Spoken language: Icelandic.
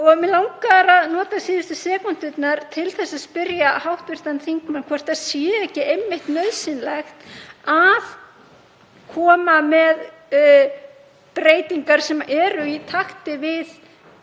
Mig langar að nota síðustu sekúndurnar til að spyrja hv. þingmann hvort það sé ekki einmitt nauðsynlegt að koma með breytingar sem eru í takt við